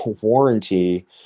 warranty